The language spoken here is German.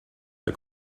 der